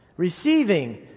receiving